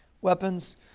Weapons